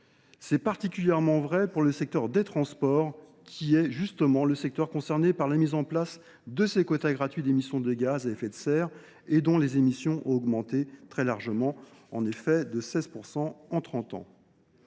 C’est particulièrement vrai pour le secteur des transports, qui est justement le secteur concerné par la mise en place de ces quotas gratuits d’émission de gaz à effet de serre, et dont les émissions ont augmenté très fortement – 16 % en trente ans.